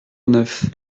neuf